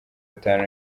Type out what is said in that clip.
atanu